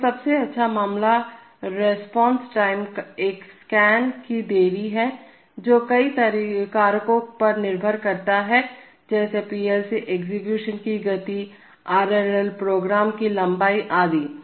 तो सबसे अच्छा मामला रिस्पांस टाइम एक स्कैन की देरी है जो कई कारकों पर निर्भर करता है जैसे पीएलसी एग्जीक्यूशन की गति आर एल प्रोग्राम की लंबाई आदि